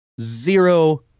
Zero